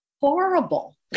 horrible